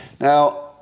Now